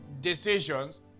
decisions